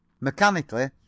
Mechanically